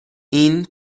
این